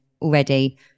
already